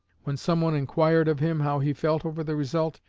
when some one inquired of him how he felt over the result,